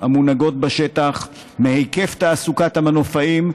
המונהגות בשטח: בהיקף תעסוקת המנופאים,